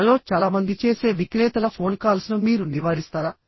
మనలో చాలా మంది చేసే విక్రేతల ఫోన్ కాల్స్ను మీరు నివారిస్తారా